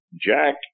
Jack